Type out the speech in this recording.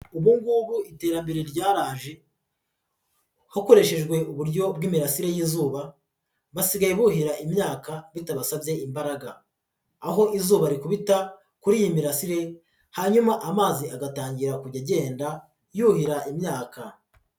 Ubu ngubu iterambere ryaraje hakoreshejwe uburyo bw'imirasire y'izuba basigaye buhira imyaka bitabasabye imbaraga, aho izuba rikubita kuri iyi mirasire hanyuma amazi agatangira kujya agenda yuhira imyaka.